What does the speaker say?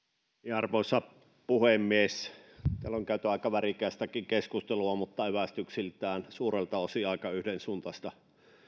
arvoisa puhemies täällä on käyty aika värikästäkin mutta evästyksiltään suurelta osin aika yhdensuuntaista